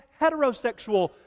heterosexual